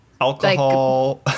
Alcohol